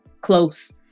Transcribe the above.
close